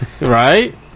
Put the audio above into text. right